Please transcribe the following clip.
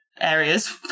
areas